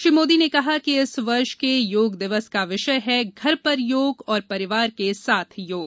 श्री मोदी ने कहा कि इस वर्ष के योग दिवस का विषय हैः घर पर योग और परिवार के साथ योग